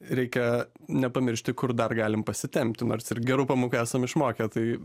reikia nepamiršti kur dar galim pasitempti nors ir gerų pamokų esam išmokę tai